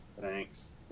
Thanks